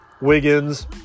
Wiggins